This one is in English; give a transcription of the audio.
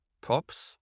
props